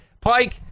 Pike